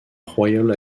royal